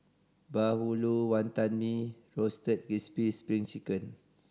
bahulu Wantan Mee Roasted Crispy Spring Chicken